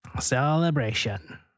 Celebration